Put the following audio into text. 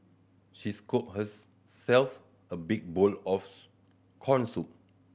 she scooped herself a big bowl of corn soup